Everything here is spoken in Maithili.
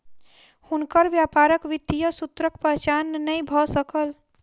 हुनकर व्यापारक वित्तीय सूत्रक पहचान नै भ सकल